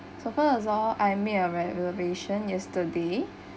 so first of all I made a reservation yesterday